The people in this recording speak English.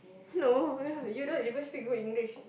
hello ya you don't even speak good English